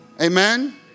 Amen